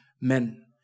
men